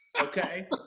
Okay